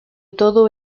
todo